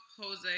Jose